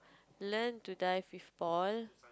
learn to dive free fall